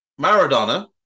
Maradona